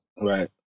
right